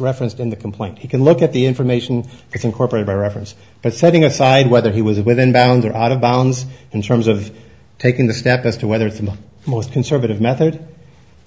referenced in the complaint he can look at the information i think corporate by reference and setting aside whether he was within bounds or out of bounds in terms of taking the step as to whether the most conservative method